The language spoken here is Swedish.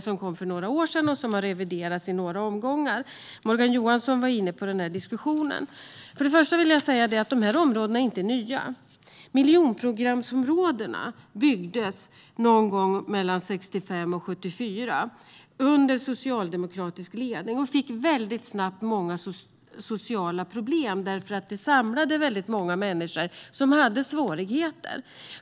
Den kom för några år sedan, och den har reviderats i några omgångar. Morgan Johansson var inne på den diskussionen. Först och främst vill jag säga att dessa områden inte är nya. Miljonprogramsområdena byggdes mellan 1965 och 1974 under socialdemokratisk ledning. Områdena fick snabbt sociala problem. Där samlades många människor med svårigheter.